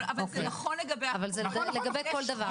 זה נכון לגבי כל דבר.